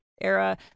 era